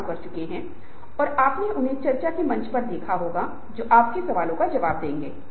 पौष्टिक भोजन लें जो आपको पसंद है वह डोपामाइन उत्पादित करेगा